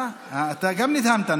גם אתה נדהמת,